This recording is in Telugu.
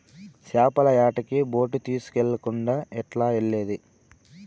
చేపల యాటకి బోటు తీస్కెళ్ళకుండా ఎట్టాగెల్లేది